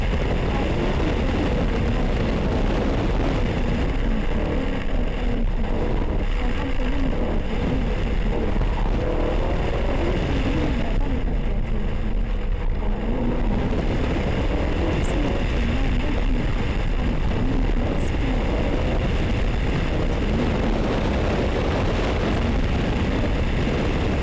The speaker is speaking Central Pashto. پردې هم کوټې ته د لمر د راتلو مخنیوی کوي، هم د ډیکور لپاره کارول کېږي او هم په ژمي کې د کوټې د تودېدو لپاره. په ژمي کې معمول ډبلې پردې اچول کېږي او په اوړي کې نرۍ. په هغو سیمو کې چې لمر لږ وي خلک په اوړي کې سپینې جالۍ پردې اچوي چې لمر د ننه کوټې ته راشي. زما پردې ډېرې خوښېږي.